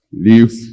leave